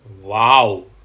Wow